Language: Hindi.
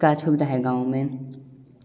का सुविधा है गाँव में